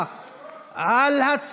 היושב-ראש, היושב-ראש.